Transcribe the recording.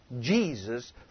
Jesus